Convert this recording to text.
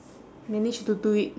managed to do it